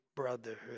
brotherhood